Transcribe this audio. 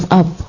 up